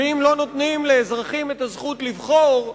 ואם לא נותנים לאזרחים את הזכות לבחור,